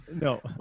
No